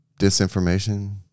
disinformation